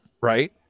Right